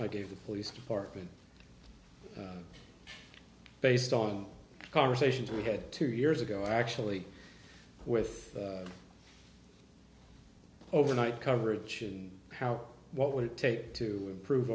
i gave the police department based on conversations we had two years ago actually with overnight coverage how what would it take to improve